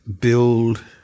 build